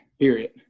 Period